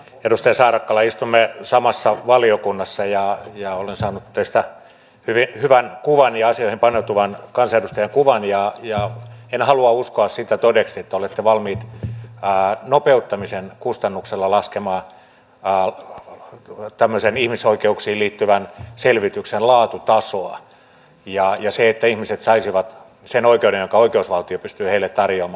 edustaja saarakkala istumme samassa valiokunnassa ja olen saanut teistä hyvin hyvän kuvan ja asioihin paneutuvan kansanedustajan kuvan ja en halua uskoa todeksi sitä että olette valmiit nopeuttamisen kustannuksella laskemaan laatutasoa tämmöisessä ihmisoikeuksiin liittyvän selvityksen laaditaan suola ja liittyvässä selvityksessä jolla ihmiset saisivat sen oikeuden jonka oikeusvaltio pystyy heille tarjoamaan